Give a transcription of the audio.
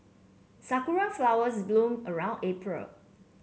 sakura flowers bloom around April